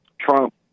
Trump